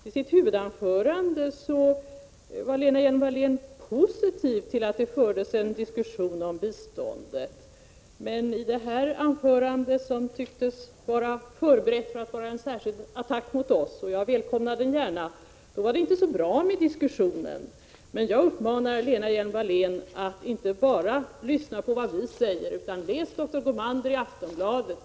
I sitt huvudanförande var Lena Hjelm-Wallén positiv till att det fördes en diskussion om biståndet, men i det här inlägget, som tycktes vara förberett för att vara en särskild attack mot oss moderater — jag välkomnar den gärna — var det inte så bra med diskussion. Jag uppmanar Lena Hjelm-Wallén att inte bara lyssna på vad vi säger utan att också läsa dr Gormander i Aftonbladet.